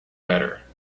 better